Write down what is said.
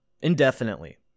Indefinitely